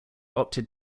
opted